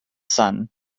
sun